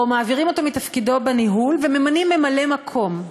מעבירים אותו מתפקידו בניהול וממנים ממלא-מקום.